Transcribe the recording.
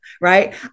right